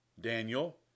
Daniel